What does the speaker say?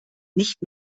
nicht